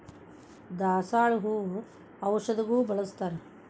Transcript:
ದಾಸಾಳ ಹೂ ಔಷಧಗು ಬಳ್ಸತಾರ